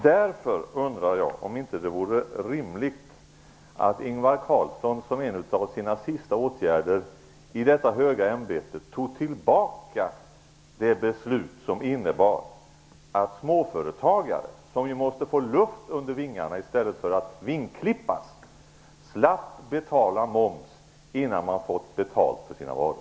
Därför undrar jag om det inte vore rimligt att Ingvar Carlsson som en av sista åtgärderna i sitt höga ämbete tog tillbaka det beslut som innebar att småföretagare - som ju måste få luft under vingarna i stället för att vingklippas - skall betala moms innan de fått betalt för sina varor.